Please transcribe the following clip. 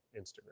Instagram